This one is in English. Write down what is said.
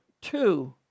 two